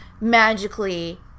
magically